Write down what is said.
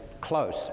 close